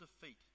defeat